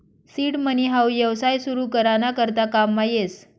seed money हाऊ येवसाय सुरु करा ना करता काममा येस